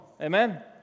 Amen